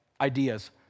ideas